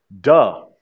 Duh